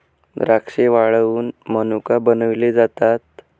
द्राक्षे वाळवुन मनुका बनविले जातात